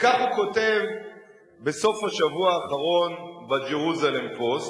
כך הוא כותב בסוף השבוע האחרון ב"ג'רוזלם פוסט"